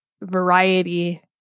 variety